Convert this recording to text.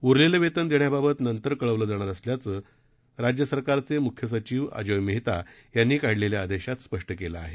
उरलेलं वेतन देण्याबाबत नंतर कळवणार असल्याचं राज्य सरकारचे मुख्य सचिव अजोय मेहता यांनी काढलेल्या आदेशात स्पष्ट करण्यात आलं आहे